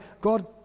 God